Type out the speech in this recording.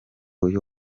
uyu